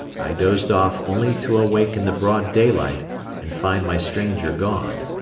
i dozed off only to awake in the broad daylight and find my stranger gone.